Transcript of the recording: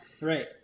Right